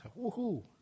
Woohoo